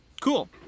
Cool